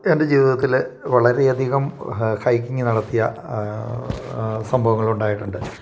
എൻ്റെ ജീവിതത്തിൽ വളരെ അധികം ഹൈക്കിങ്ങ് നടത്തിയ സംഭവങ്ങൾ ഉണ്ടായിട്ടുണ്ട്